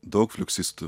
daug fliuksistų